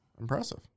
impressive